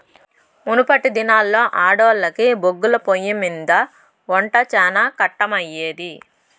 మునపటి దినాల్లో ఆడోల్లకి బొగ్గుల పొయ్యిమింద ఒంట శానా కట్టమయ్యేది